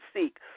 seek